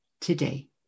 today